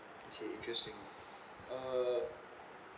okay interesting uh